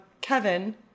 Kevin